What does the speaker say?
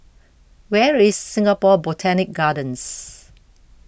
where is Singapore Botanic Gardens